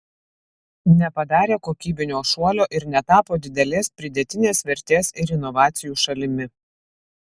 nepadarė kokybinio šuolio ir netapo didelės pridėtinės vertės ir inovacijų šalimi